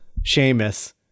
seamus